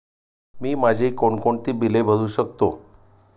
मी माझी कोणकोणती बिले भरू शकतो?